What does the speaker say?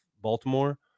Baltimore